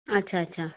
अच्छा अच्छा